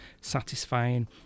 satisfying